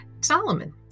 Solomon